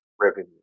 revenue